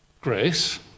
grace